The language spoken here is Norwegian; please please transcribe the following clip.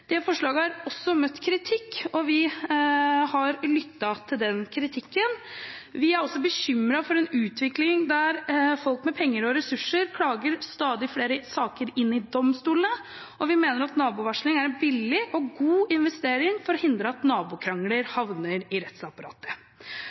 Dette forslaget har møtt kritikk, og vi har lyttet til den kritikken. Vi er også bekymret over en utvikling der folk med penger og ressurser klager stadig flere saker inn for domstolene. Vi mener at nabovarsling er en billig og god investering for å hindre at nabokrangler